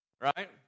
right